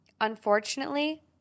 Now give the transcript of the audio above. Unfortunately